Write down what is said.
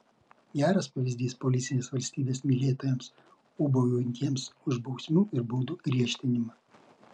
geras pavyzdys policinės valstybės mylėtojams ūbaujantiems už bausmių ir baudų griežtinimą